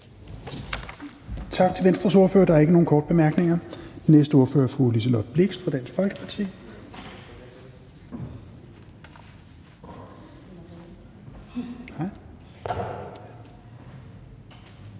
Tak til Venstres ordfører. Der er ikke nogen korte bemærkninger. Den næste ordfører er fru Liselott Blixt fra Dansk Folkeparti.